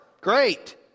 Great